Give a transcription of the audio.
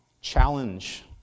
challenge